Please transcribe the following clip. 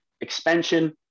expansion